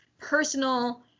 personal